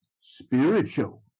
Spiritual